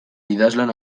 idazlan